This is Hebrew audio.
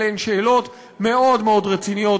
אלה הן שאלות מאוד מאוד רציניות.